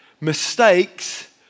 Mistakes